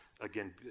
again